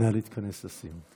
נא להתכנס לסיום.